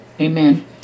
Amen